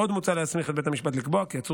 עוד מוצע להסמיך את בית המשפט לקבוע כי עצור